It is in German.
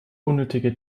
unnötige